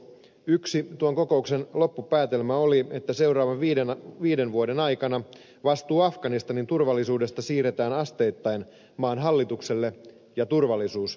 yksi tuon kokouksen loppupäätelmä oli että seuraavien viiden vuoden aikana vastuu afganistanin turvallisuudesta siirretään asteittain maan hallitukselle ja turvallisuusviranomaisille